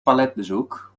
toiletbezoek